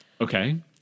Okay